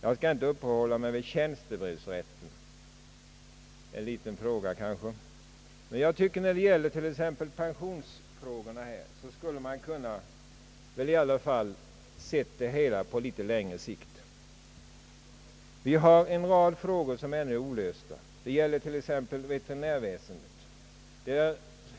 Jag skall inte uppehålla mig vid tjänstebrevsrätten — det är en förhållandevis liten fråga — men jag tycker att man ändå hade kunnat se pensionsfrågorna på litet längre sikt. En rad frågor är ännu olösta, det gäller t.ex. veterinärväsendet.